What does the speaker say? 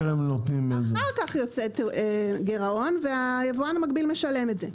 אלא אחר כך יוצא גירעון והיבואן המקביל משלם את זה.